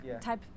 type